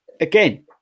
again